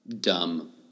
dumb